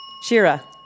Shira